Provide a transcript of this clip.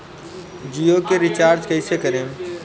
जियो के रीचार्ज कैसे करेम?